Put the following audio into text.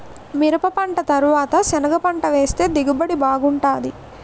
మిరపపంట తరవాత సెనగపంట వేస్తె దిగుబడి బాగుంటాది